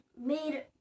made